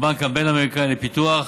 הבנק הבין-אמריקני לפיתוח,